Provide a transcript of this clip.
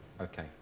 Okay